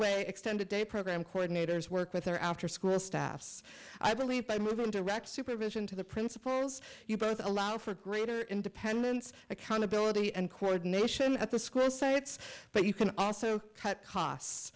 way extended a program coordinator is work with or after school staffs i believe by movement direct supervision to the principals you both allow for greater independence accountability and coordination at the school say it's but you can also cut costs